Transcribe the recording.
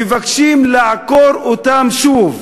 ומבקשים לעקור אותם שוב?